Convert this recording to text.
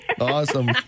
Awesome